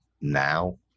now